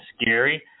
scary